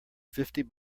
fifty